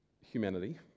humanity